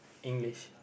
English